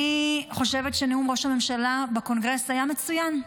אני חושבת שנאום ראש הממשלה בקונגרס היה מצוין.